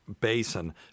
basin